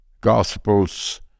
Gospels